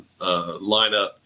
lineup